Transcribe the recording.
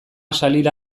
salila